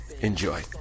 Enjoy